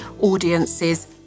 audiences